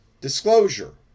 disclosure